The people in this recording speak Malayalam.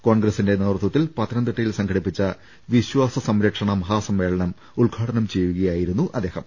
കോൺഗ്ര സിന്റെ നേതൃത്വത്തിൽ പത്തനംതിട്ടയിൽ സംഘടിപ്പിച്ച വിശ്വാസ സംരക്ഷണ മഹാ സമ്മേളനം ഉദ്ഘാടനം ചെയ്യുകയായിരുന്നു അദ്ദേഹം